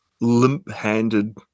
limp-handed